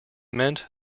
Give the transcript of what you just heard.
meant